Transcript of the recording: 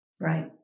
Right